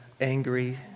angry